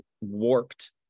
warped